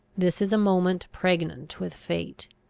this is a moment pregnant with fate.